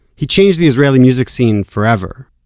he changed the israeli music scene forever.